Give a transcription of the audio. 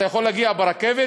אתה יכול להגיע ברכבת,